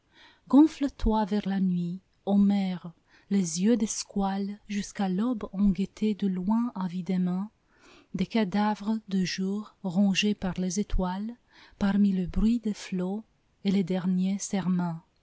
gonfle toi vers la nuit ô mer les yeux des squales jusqu'à l'aube ont guetté de loin avidement des cadavres de jours rongés par les étoiles parmi le bruit des flots et les derniers serments